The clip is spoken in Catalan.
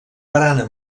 barana